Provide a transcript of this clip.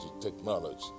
technology